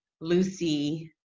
Lucy